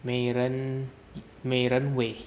美人美人尾